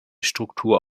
struktur